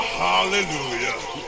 hallelujah